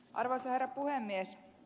arvoisa herra puhemies